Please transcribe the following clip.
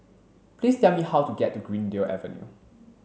please tell me how to get to Greendale Avenue